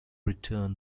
return